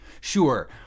Sure